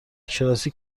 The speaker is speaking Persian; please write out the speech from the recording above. شناسی